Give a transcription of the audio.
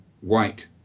white